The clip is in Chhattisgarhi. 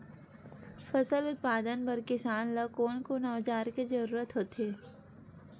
फसल उत्पादन बर किसान ला कोन कोन औजार के जरूरत होथे?